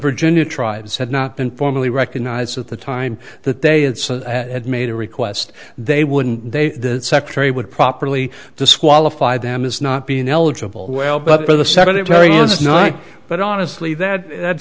virginia tribes had not been formally recognized at the time that they had so had made a request they wouldn't they the secretary would properly disqualify them as not being eligible well but for the secretary was not but honestly that